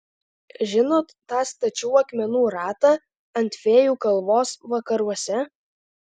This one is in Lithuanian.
žinot tą stačių akmenų ratą ant fėjų kalvos vakaruose